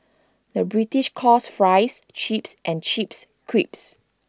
the British calls Fries Chips and Chips Crisps